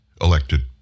elected